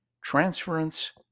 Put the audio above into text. Transference